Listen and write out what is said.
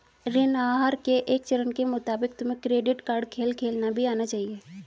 ऋण आहार के एक चरण के मुताबिक तुम्हें क्रेडिट कार्ड खेल खेलना भी आना चाहिए